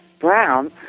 brown